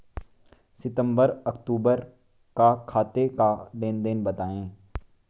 सितंबर अक्तूबर का खाते का लेनदेन बताएं